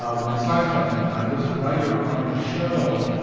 ah when seinfeld in that i was a writer on the show.